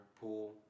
pool